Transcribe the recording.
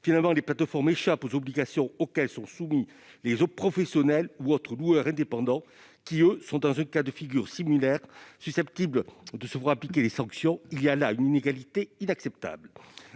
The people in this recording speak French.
Finalement, les plateformes échappent aux obligations auxquelles sont soumis les autres professionnels ou autres loueurs indépendants, qui, eux, dans un cas de figure similaire, sont susceptibles de se voir appliquer des sanctions. Il y a là une inégalité inacceptable.